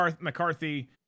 McCarthy